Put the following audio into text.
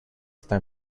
está